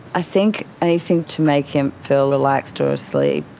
i think anything to make him feel relaxed or asleep.